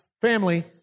family